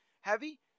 Heavy